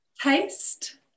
Taste